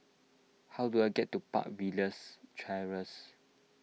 how do I get to Park Villas Terrace